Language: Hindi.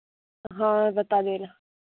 हाँ बता देना